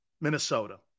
Minnesota